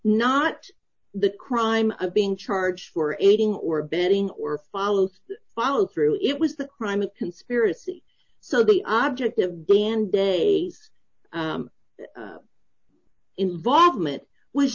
not the crime of being charged for aiding or abetting or follow follow through it was the crime of conspiracy so the object of day and day ringback involvement was